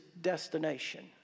destination